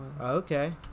Okay